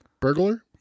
Burglar